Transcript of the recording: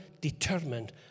determined